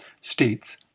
states